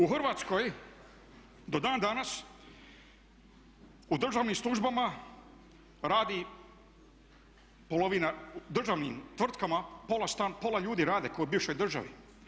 U Hrvatskoj do dan danas u državnim službama radi polovina, u državnim tvrtkama pola ljudi rade kao i u bivšoj državi.